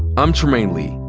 i'm trymaine lee,